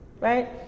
right